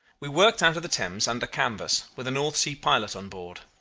we worked out of the thames under canvas, with a north sea pilot on board.